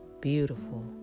beautiful